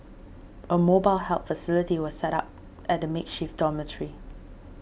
a mobile help facility was set up at the makeshift dormitory